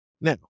Now